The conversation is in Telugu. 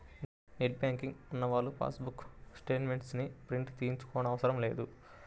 నెట్ బ్యాంకింగ్ ఉన్నవాళ్ళు పాస్ బుక్ స్టేట్ మెంట్స్ ని ప్రింట్ తీయించుకోనవసరం లేదు